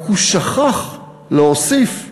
רק הוא שכח להוסיף לצה"ל,